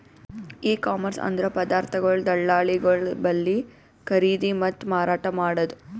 E commerce ಅಂದ್ರ ಪದಾರ್ಥಗೊಳ್ ದಳ್ಳಾಳಿಗೊಳ್ ಬಲ್ಲಿ ಖರೀದಿ ಮತ್ತ್ ಮಾರಾಟ್ ಮಾಡದು